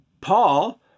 Paul